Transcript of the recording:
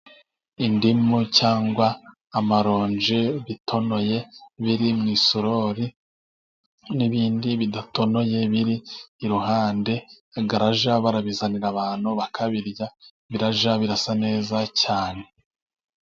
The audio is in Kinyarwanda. Indimu cyangwa amaronji bitonoye biri musorori, n'ibindi bidatonoye biri iruhande, arajya barabizanira abantu bakabirya, birajya birasa neza cyane.